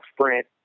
sprint